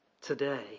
today